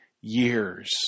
years